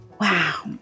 Wow